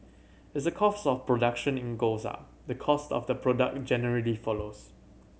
as the cost of production in goes up the cost of the product generally follows